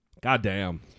Goddamn